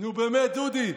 נו, באמת, דודי.